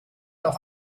auch